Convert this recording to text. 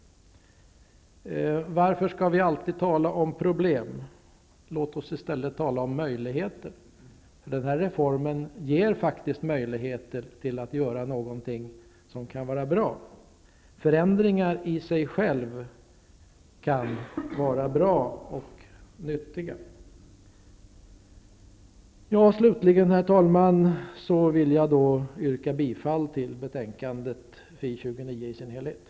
Varför skall vi alltid tala om problem? Låt oss i stället tala om möjligheter. Den här reformen ger möjligheter till att göra något som kan vara bra. Förändringar kan vara bra och nyttiga. Slutligen vill jag yrka bifall till utskottets hemställan i FiU29.